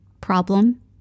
problem